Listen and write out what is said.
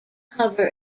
cover